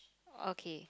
okay